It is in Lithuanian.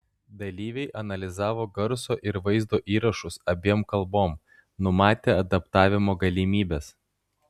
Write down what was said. dalyviai analizavo garso ir vaizdo įrašus abiem kalbom numatė adaptavimo galimybes